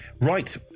Right